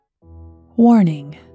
Warning